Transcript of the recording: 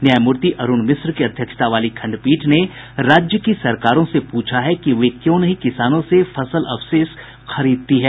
न्यायमूर्ति अरूण मिश्र की अध्यक्षता वाली खंडपीठ ने राज्य की सरकारों से प्रछा है कि वे क्यों नहीं किसानों से फसल अवशेष खरीदती है